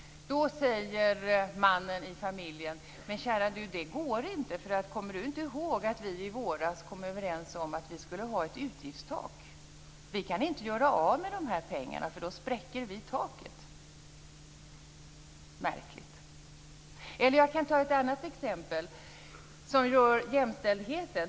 Så säger mannen i familjen: Men kära du, det går inte! Kommer inte du ihåg att vi i våras kom överens om att vi skulle ha ett utgiftstak? Vi kan inte göra av med de här pengarna för då spräcker vi taket. Det är märkligt. Jag kan ta ett annat exempel som rör jämställdheten.